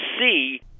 see